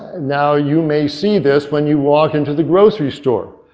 now, you may see this when you walk into the grocery store.